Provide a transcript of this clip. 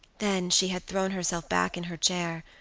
then she had thrown herself back in her chair,